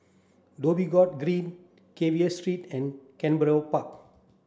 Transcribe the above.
Dhoby Ghaut Green Carver Street and Canberra Park